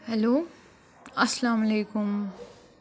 hello اَسلام علیکُم